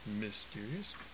mysterious